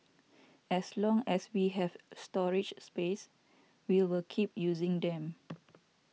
as long as we have storage space we will keep using them